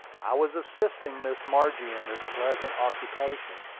i was assisting miss margie in this pleasant occupation,